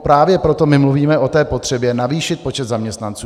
Právě proto mluvíme o potřebě navýšit počet zaměstnanců.